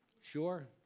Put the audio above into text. sure,